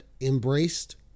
embraced